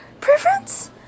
preference